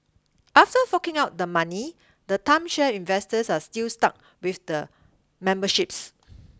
after forking out the money the timeshare investors are still stuck with the memberships